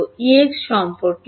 Ex সম্পর্কে কি